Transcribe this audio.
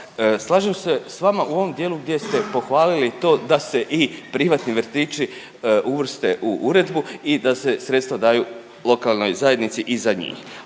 slažem se sa vama u ovom dijelu gdje ste pohvalili i to da se i privatni vrtići uvrste u uredbu i da se sredstva daju lokalnoj zajednici i za njih.